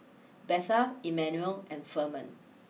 Betha Immanuel and Ferman